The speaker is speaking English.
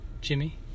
Jimmy